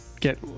get